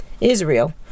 Israel